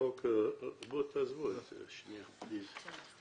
תעזבו את זה בבקשה.